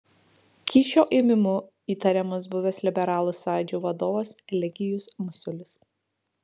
kyšio ėmimu įtariamas buvęs liberalų sąjūdžio vadovas eligijus masiulis